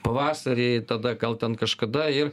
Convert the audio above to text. pavasarį tada gal ten kažkada ir